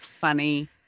funny